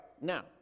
now